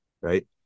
right